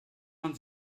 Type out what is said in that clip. man